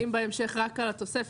יש סעפים שחלים בהמשך רק על התוספת.